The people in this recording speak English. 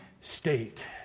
state